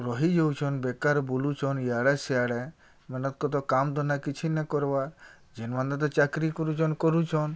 ରହିଯାଉଛନ୍ ବେକାର୍ ବୁଲୁଛନ୍ ଇଆଡ଼େ ସିଆଡ଼େ ମାନେ କତ କାମ ଧନ୍ଦା କିଛି ନାଇ କର୍ବାର୍ ଯେନ୍ ମାନେ ତ ଚାକିରି କରୁଚନ୍ କରୁଛନ୍